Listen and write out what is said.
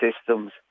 systems